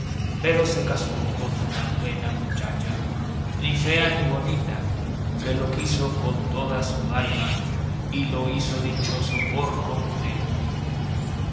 pero se casó con una buena muchacha ni fea ni bonita que lo quiso con toda su alma y lo hizo dichoso por completo